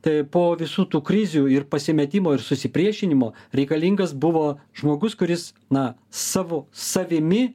tai po visų tų krizių ir pasimetimo ir susipriešinimo reikalingas buvo žmogus kuris na savo savimi